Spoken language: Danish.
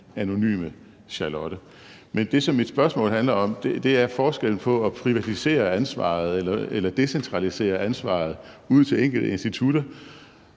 anonyme Charlotte. Men det, som mit spørgsmål handler om, er forskellen på at privatisere – eller decentralisere – ansvaret ud til enkelte institutter